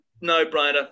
no-brainer